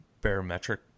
barometric